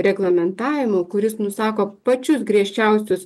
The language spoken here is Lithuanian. reglamentavimu kuris nusako pačius griežčiausius